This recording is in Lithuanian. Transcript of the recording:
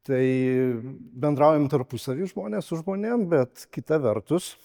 tai bendraujam tarpusavy žmonės su žmonėm bet kita vertus